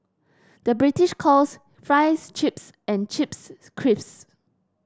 the British calls fries chips and chips crisps